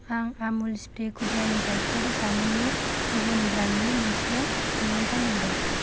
आं आमुल स्प्रे खुदियानि गायखेर जामुंनि गुबुन ब्रान्डनि मोनसे दिहुनथाइ मोनदों